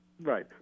Right